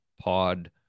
pod